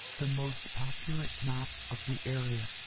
the most accurate map of the area.